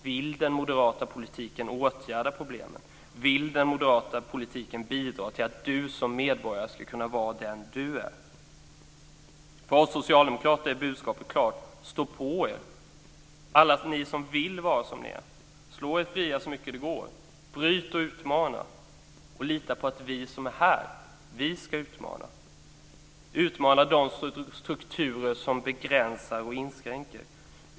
Vill den moderata politiken åtgärda problemen? Vill den moderata politiken bidra till att du som medborgare ska kunna vara den du är? För oss socialdemokrater är budskapet klart: Stå på er alla ni som vill vara som ni är! Slå er fria så mycket det går! Bryt och utmana, och lita på att vi som är här ska utmana. Utmana de strukturer som begränsar och inskränker.